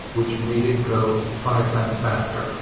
which made it go five times faster.